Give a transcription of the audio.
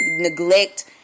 neglect